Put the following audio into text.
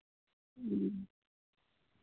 ᱦᱩᱸ